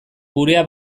gurea